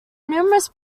numerous